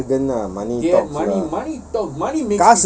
so arrogant ah money ah